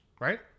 right